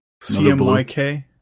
CMYK